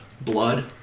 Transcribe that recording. blood